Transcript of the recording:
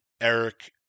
Eric